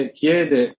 chiede